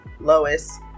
lois